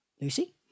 Lucy